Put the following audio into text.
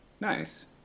Nice